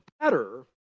better